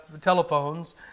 telephones